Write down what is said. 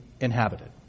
inhabited